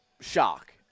shock